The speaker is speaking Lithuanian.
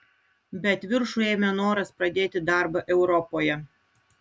bet viršų ėmė noras pradėti darbą europoje